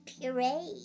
puree